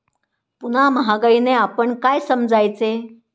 पुन्हा महागाईने आपण काय समजायचे?